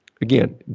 again